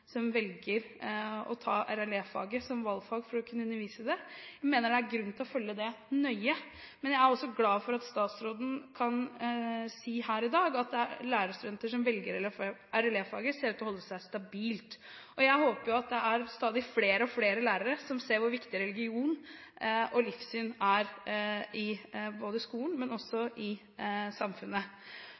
valgfag for å kunne undervise i det, nøye. Men jeg er også glad for at statsråden kan si her i dag at antall lærerstudenter som velger RLE-faget, ser ut til å holde seg stabilt. Jeg håper at stadig flere lærere ser hvor viktig religion og livssyn er – både i skolen og i samfunnet. For religion og livssyn er også temaer som det også til dels er knyttet sterke følelser og meninger til. I